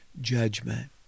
judgment